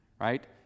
right